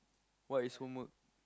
what is homework